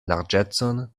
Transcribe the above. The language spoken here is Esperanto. larĝecon